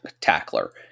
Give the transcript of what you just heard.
tackler